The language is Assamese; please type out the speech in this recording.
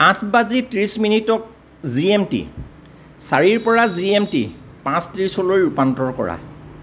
আঠ বাজি ত্ৰিশ মিনিটক জি এম টি চাৰিৰ পৰা জি এম টি পাঁচ ত্ৰিশলৈ ৰূপান্তৰ কৰা